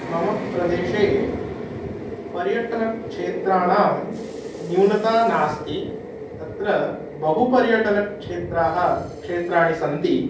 मम प्रदेशे पर्यटनक्षेत्राणां न्यूनता नास्ति तत्र बहु पर्यटनक्षेत्राः क्षेत्राणि सन्ति